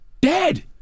Dead